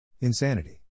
Insanity